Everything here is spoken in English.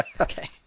Okay